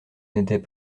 n’était